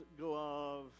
glove